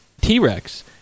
T-Rex